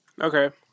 Okay